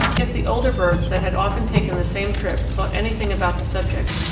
if the older birds that had often taken the same trip thought anything about the subject,